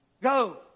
go